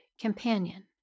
companion